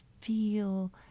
feel